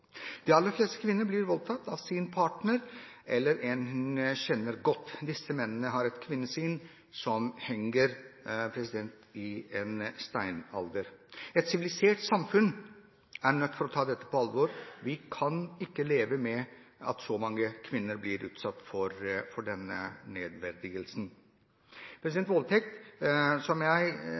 De aller fleste kvinner blir voldtatt av partneren sin eller en hun kjenner godt. Disse mennene har et kvinnesyn som går tilbake til steinalderen. Et sivilisert samfunn er nødt til å ta dette på alvor. Vi kan ikke leve med at så mange kvinner blir utsatt for denne nedverdigelsen. Voldtekt er, som